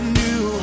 new